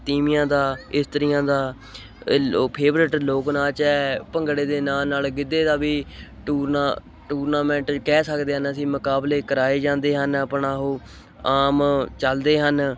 ਤੀਵੀਆਂ ਦਾ ਇਸਤਰੀਆਂ ਦਾ ਇਹ ਲੋ ਫੇਵਰੇਟ ਲੋਕ ਨਾਚ ਹੈ ਭੰਗੜੇ ਦੇ ਨਾਂ ਨਾਲ ਗਿੱਧੇ ਦਾ ਵੀ ਟੂਰਨਾ ਟੂਰਨਾਮੈਂਟ ਕਹਿ ਸਕਦੇ ਹਨ ਅਸੀਂ ਮੁਕਾਬਲੇ ਕਰਵਾਏ ਜਾਂਦੇ ਹਨ ਆਪਣਾ ਉਹ ਆਮ ਚਲਦੇ ਹਨ